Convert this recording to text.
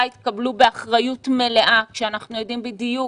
התקבלו באחריות מלאה כשאנחנו יודעים בדיוק